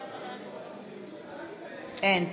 אין.